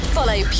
Follow